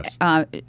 Yes